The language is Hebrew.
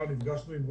כשהמגזר העסקי מוציא